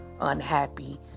unhappy